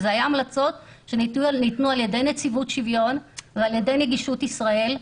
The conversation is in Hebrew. אלה היו המלצות שניתנו על-ידי נציבות השוויון ועל-ידי נגישות ישראל.